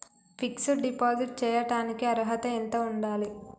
Fix డ్ deposit చేయటానికి అర్హత ఎంత ఉండాలి?